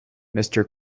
mister